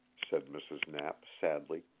said mrs. knapp sadly.